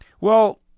Well-